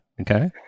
Okay